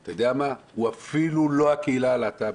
הוא אפילו לא הקהילה הלהט"בית.